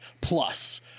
Plus